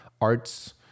arts